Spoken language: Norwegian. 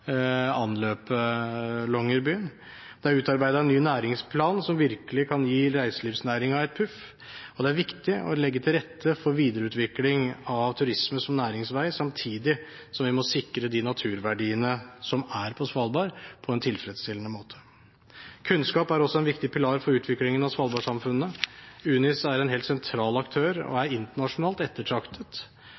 Det er utarbeidet en ny næringsplan, som virkelig kan gi reiselivsnæringen et puff. Det er viktig å legge til rette for videreutvikling av turisme som næringsvei, samtidig som vi må sikre de naturverdiene som er på Svalbard, på en tilfredsstillende måte. Kunnskap er også en viktig pilar i utviklingen av svalbardsamfunnene. UNIS er en helt sentral aktør og er internasjonalt ettertraktet.